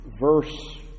Verse